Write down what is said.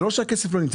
זה לא שהכסף לא נמצא.